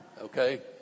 Okay